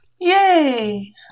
Yay